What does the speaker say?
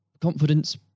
confidence